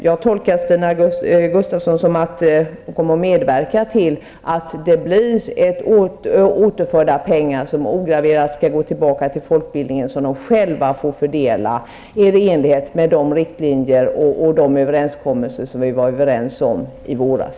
Jag tolkar Stina Gustavsson som att hon kommer att medverka till att pengar ograverade skall gå tillbaka till folkbildningen, att fördelas av studieförbunden själva i enlighet med de riktlinjer som vi var överens om i våras.